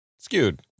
Skewed